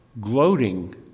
gloating